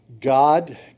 God